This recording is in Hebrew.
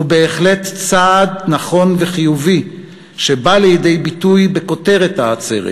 הוא בהחלט צעד נכון וחיובי שבא לידי ביטוי בכותרת העצרת: